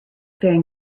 faring